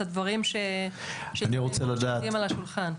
את הדברים שעל השולחן.